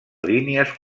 línies